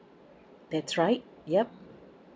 that's right yup